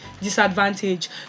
disadvantage